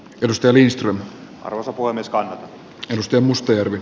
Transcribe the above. perustelin sillä rosa puolestaan edusti mustajärvi